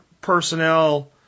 personnel